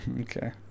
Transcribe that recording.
Okay